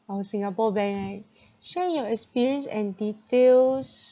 our singapore bank right share your experience and details